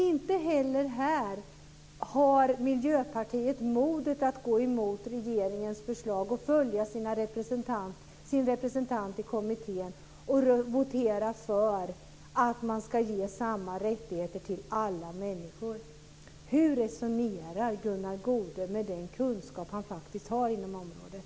Inte heller här har Miljöpartiet modet att gå emot regeringens förslag och följa sin representant i kommittén och votera för att ge samma rättigheter till alla människor. Hur resonerar Gunnar Goude med den kunskap han faktiskt har inom området?